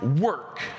work